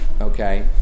Okay